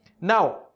Now